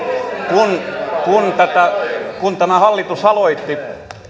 kun tämä hallitus aloitti